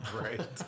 Right